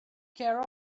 care